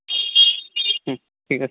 হুম ঠিক আছে